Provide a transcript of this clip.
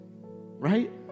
Right